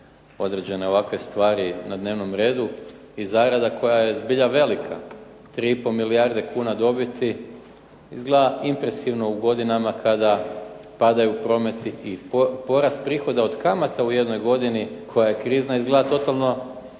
određene ovakve stvari na dnevnom redu i zarada koja je zbilja velika 3 i pol milijarde kuna dobiti izgleda impresivno u godinama kada padaju prometi i porast prihoda od kamata u jednoj godini koja je krizna izgleda totalno nelogično.